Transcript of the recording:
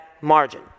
margin